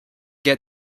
get